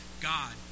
God